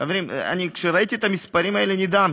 חברים, כשראיתי את המספרים האלה נדהמתי.